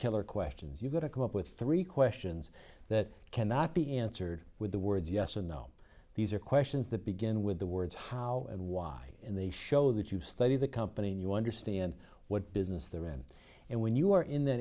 killer questions you've got to come up with three questions that cannot be answered with the words yes or no these are questions that begin with the words how and why in the show that you study the company and you understand what business there in and when you are in the